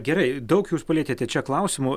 gerai daug jūs palietėte čia klausimų